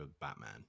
Batman